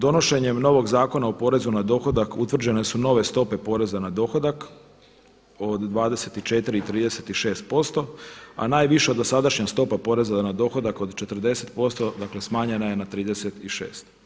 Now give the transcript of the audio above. Donošenjem novog Zakona o porezu na dohodak utvrđene su nove stope poreza na dohodak od 24 i 36% a najviša dosadašnja stopa porez na dohodak od 40% dakle smanjena je na 36.